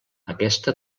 aquesta